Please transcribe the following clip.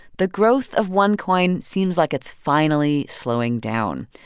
the growth of onecoin seems like it's finally slowing down.